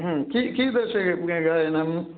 की की कीदृशगायनं